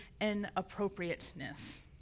inappropriateness